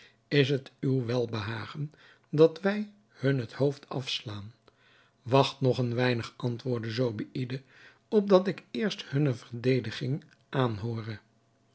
is het uw welbehagen dat wij hun het hoofd afslaan wacht nog een weinig antwoordde zobeïde opdat ik eerst hunne verdediging aanhoore